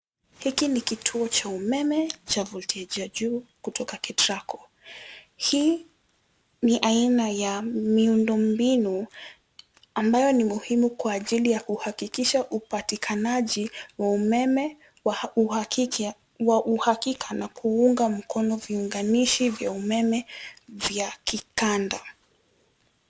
Hiki ni kituo cha umeme cha voltage ya juu kutoka Ketraco. Hii ni aina ya miundo mbinu ambayo ni muhimu kwa ajili ya kuhakikisha upatikanaji wa umeme wa uhakika na kuunga mkono viunganishi vya umeme vya kikanda.